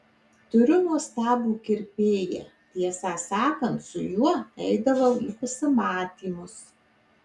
turiu nuostabų kirpėją tiesą sakant su juo eidavau į pasimatymus